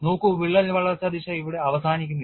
നോക്കൂ വിള്ളൽ വളർച്ചാ ദിശ ഇവിടെ അവസാനിക്കുന്നില്ല